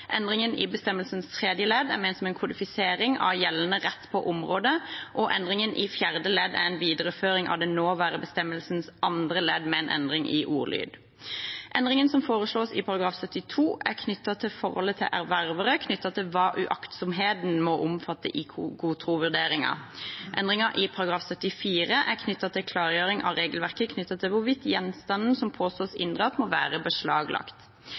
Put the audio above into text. endringen i bestemmelsens tredje ledd er ment som en kodifisering av gjeldende rett på området, og endringen i fjerde ledd er en videreføring av den nåværende bestemmelsens andre ledd med en endring i ordlyd. Endringen som foreslås i § 72, er knyttet til forholdet til erververe, knyttet til hva uaktsomheten må omfatte i god tro-vurderingen. Endringen i § 74 er knyttet til klargjøring av regelverket knyttet til hvorvidt gjenstanden som påstås inndratt, må være beslaglagt.